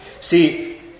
See